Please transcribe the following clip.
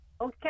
okay